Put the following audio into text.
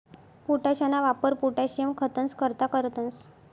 पोटाशना वापर पोटाशियम खतंस करता करतंस